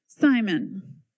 Simon